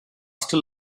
still